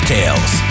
Tales